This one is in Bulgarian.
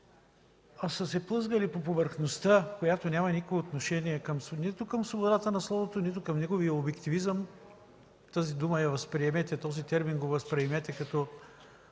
а са се плъзгали по повърхността, която няма никакво отношение нито към свободата на словото, нито към неговия обективизъм. Тази дума, този термин го възприемете като